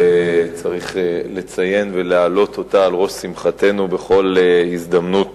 וצריך לציין ולהעלות אותה על ראש שמחתנו בכל הזדמנות